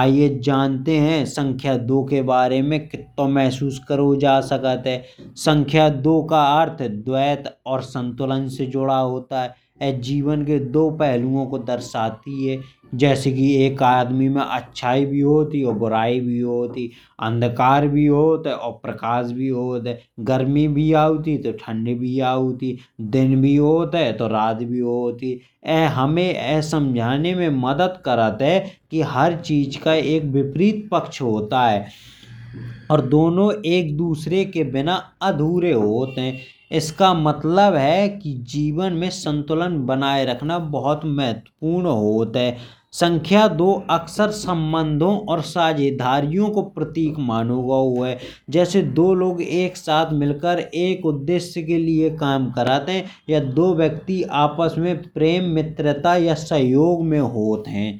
आइये जानते हैं सँख्या दो के बारे में। कित्तो महसूस करो जा सकत है। सँख्या दो का अर्थ द्वैत और संतुलन से जुड़ा होता है। यह जीवन के दो पहलुओं को दर्शाता है। जैसे एक आदमी में अच्छाई भी होत ही और बुराई भी होई ही। अंधकार भी होत है और प्रकाश भी होत है गर्मी भी आउत है तो ठंड भी आउत है। दिन भी होता है तो रात भी होती है। यह हमें समझाने में मदद करत है कि हर चीज का एक विपरीत पक्ष होता है। और दोनों एक दूसरे के बिना अधूरे होत हैं। इसका मतलब है कि जीवन में संतुलन बनाए रखना बहुत महत्वपूर्ण होत है। सँख्या दो अक्सर संबंधों और साझेदारियों को प्रतीक मानो गाओ है। जैसे दो लोग एक साथ मिलकर एक उद्देश्य के लिए काम करत हैं। या दो व्यक्ति आपस में प्रेम मित्रता या सहयोग में होत है।